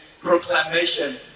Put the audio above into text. proclamation